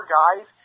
guys